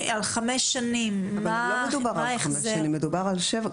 אבל לא מדובר על חמש שנים, מדובר על שבע.